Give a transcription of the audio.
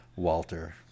Walter